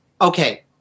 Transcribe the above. okay